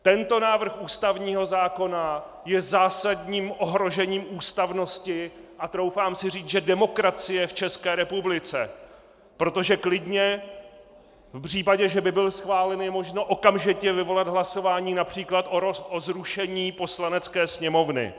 Tento návrh ústavního zákona je zásadním ohrožením ústavnosti a troufám si říct, že demokracie v České republice, protože klidně v případě, že by byl schválen, je možno okamžitě vyvolat hlasování například o zrušení Poslanecké sněmovny.